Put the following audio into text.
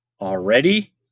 already